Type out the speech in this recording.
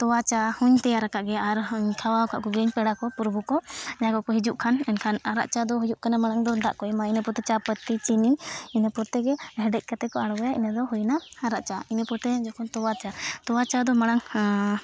ᱛᱚᱣᱟ ᱪᱟ ᱦᱚᱸᱧ ᱛᱮᱭᱟᱨ ᱠᱟᱜ ᱜᱮᱭᱟ ᱟᱨ ᱠᱷᱟᱣᱟᱣ ᱠᱟᱜ ᱠᱚᱜᱮᱭᱟᱹᱧ ᱯᱮᱲᱟ ᱠᱚ ᱯᱨᱚᱵᱷᱩ ᱠᱚ ᱡᱟᱦᱟᱸᱭ ᱠᱚᱠᱚ ᱦᱤᱡᱩᱜ ᱠᱷᱟᱱ ᱮᱱᱠᱷᱟᱱ ᱟᱨᱟᱜ ᱪᱟ ᱫᱚ ᱦᱩᱭᱩᱜ ᱠᱟᱱᱟ ᱢᱟᱲᱟᱝ ᱫᱚ ᱫᱟᱜ ᱠᱚ ᱮᱢᱟ ᱤᱱᱟᱹ ᱯᱚᱛᱮ ᱪᱟ ᱯᱟᱹᱛᱤ ᱤᱱᱟᱹ ᱯᱚᱛᱮ ᱜᱮ ᱦᱮᱰᱮᱡ ᱠᱟᱛᱮᱫ ᱠᱚ ᱟᱬᱜᱚᱭᱟ ᱤᱱᱟᱹ ᱫᱚ ᱦᱩᱭᱱᱟ ᱟᱨᱟᱜ ᱪᱟ ᱤᱱᱟᱹ ᱯᱚᱨᱛᱮ ᱛᱚᱣᱟ ᱪᱟ ᱛᱚᱣᱟ ᱪᱟ ᱫᱚ ᱢᱟᱲᱟᱝ